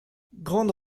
grande